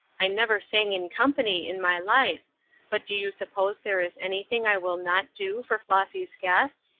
i never sang in company in my life but do you suppose there is anything i will not do for flossy's guests,